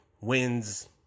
wins